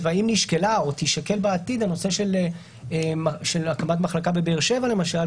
והאם נשקל או יישקל בעתיד הנושא של הקמת מחלקה בבאר שבע למשל?